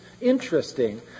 interesting